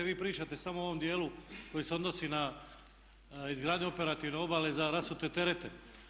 Vi pričate samo u ovom dijelu koji se odnosi na izgradnju operativne obale za rasute terete.